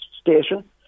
station